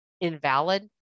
invalid